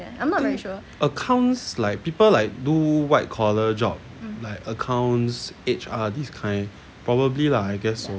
I think accounts like people like do white collar job like accounts H_R these kind probably lah I guess so